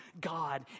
god